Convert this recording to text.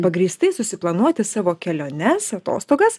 pagrįstai susiplanuoti savo keliones atostogas